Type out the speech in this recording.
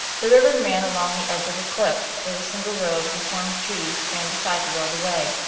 the ribbon ran along the edge of the cliff, where the single row of deformed trees ran beside it all the way,